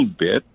bit